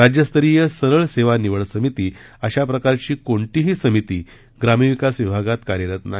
राज्यस्तरीय सरळसेवा निवड समिती अशा प्रकारची कोणतीही समिती ग्रामविकास विभागात कार्यरत नाही